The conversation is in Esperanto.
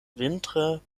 vintre